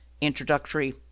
introductory